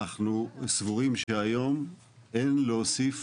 אנחנו סבורים שהיום אין להוסיף